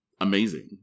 amazing